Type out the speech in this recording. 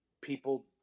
people